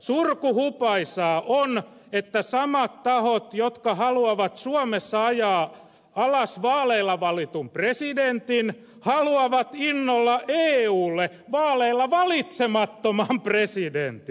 surkuhupaisaa on että samat tahot jotka haluavat suomessa ajaa alas vaaleilla valitun presidentin haluavat innolla eulle vaaleilla valitsemattoman presidentin